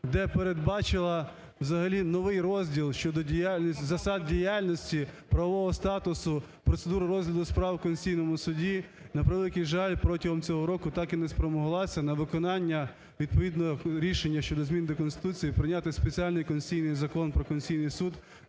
де передбачила взагалі новий розділ щодо діяльності, засад діяльності правового статусу процедури розгляду справ у Конституційному Суді, на превеликий жаль, протягом цього року так і не спромоглася на виконання відповідних рішень щодо змін до Конституції прийняти спеціальний конституційний Закон про Конституційний Суд,